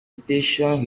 station